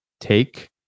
take